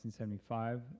1975